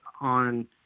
on